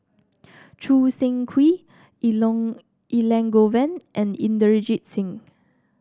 Choo Seng Quee Elangovan and Inderjit Singh